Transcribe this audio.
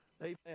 Amen